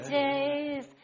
days